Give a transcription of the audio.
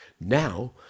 now